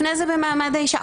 לפני זה במעמד האישה.